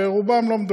ורובם לא מדווחים,